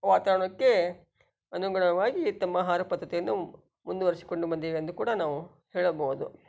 ವಾತಾವರಣಕ್ಕೆ ಅನುಗುಣವಾಗಿ ತಮ್ಮ ಆಹಾರ ಪದ್ಧತಿಯನ್ನು ಮ್ ಮುಂದುವರೆಸಿಕೊಂಡು ಬಂದಿದೆ ಎಂದು ಕೂಡ ನಾವು ಹೇಳಬಹುದು